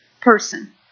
person